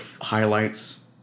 highlights